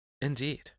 Indeed